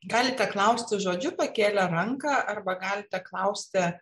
galite klausti žodžiu pakėlę ranką arba galite klausti